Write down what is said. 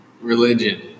Religion